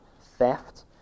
theft